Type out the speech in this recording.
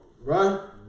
Right